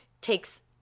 takes